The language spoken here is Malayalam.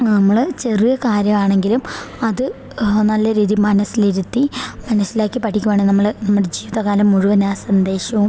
നമ്മള് ചെറിയ കാര്യമാണെങ്കിലും അത് നല്ല രീതിയിൽ മനസ്സിലിരുത്തി മനസ്സിലാക്കി പഠിക്കുവാണേൽ നമ്മൾ നമ്മുടെ ജീവിതകാലം മുഴുവൻ ആ സന്ദേശവും